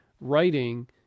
writing